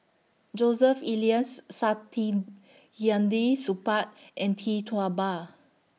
Joseph Elias Saktiandi Supaat and Tee Tua Ba